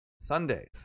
Sundays